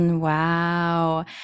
wow